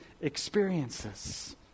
experiences